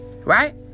right